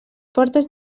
portes